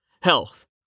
Health